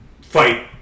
fight